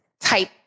type